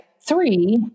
three